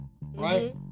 right